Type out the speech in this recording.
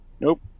Nope